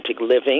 living